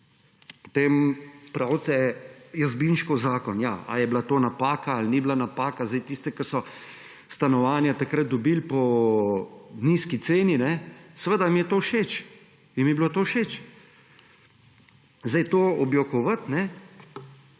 Potem pravite Jazbinškov zakon. Ja, ali je bila to napaka ali ni bila napaka. Tisti, ki so stanovanja takrat dobili po nizki ceni – seveda jim je bilo to všeč. To objokovati.